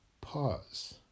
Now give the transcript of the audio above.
pause